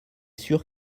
sûr